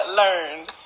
learned